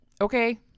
okay